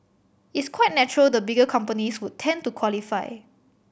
it's quite natural the bigger companies would tend to qualify